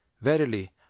Verily